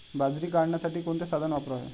बाजरी काढण्यासाठी कोणते साधन वापरावे?